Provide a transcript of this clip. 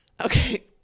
Okay